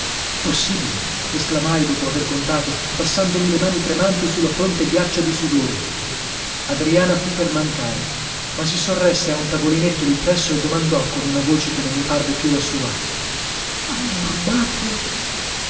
possibile esclamai dopo aver contato passandomi le mani tremanti su la fronte ghiaccia di sudore adriana fu per mancare ma si sorresse a un tavolinetto lì presso e domandò con una voce che non mi parve più la sua hanno rubato